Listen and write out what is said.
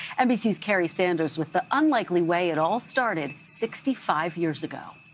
nbc's kerry sanders with the unlikely way it all started sixty five years ago.